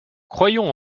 croyons